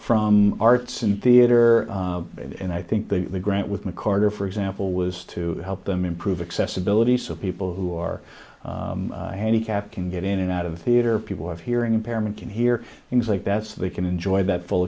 from arts and theater and i think the grant with macarthur for example was to help them improve accessibility so people who are handicapped can get in and out of theater people have hearing impairment can hear things like that so they can enjoy that full